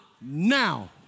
now